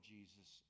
Jesus